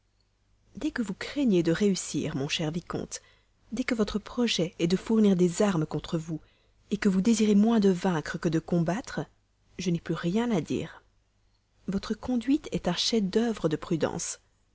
dès que vous craignez de réussir mon cher vicomte dès que votre projet est de fournir des armes contre vous que vous désirez moins de vaincre que de combattre je n'ai plus rien à dire votre conduite est un chef-d'œuvre de prudence